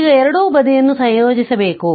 ಈಗ ಎರಡೂ ಬದಿಯನ್ನು ಸಂಯೋಜಿಸಬೇಕು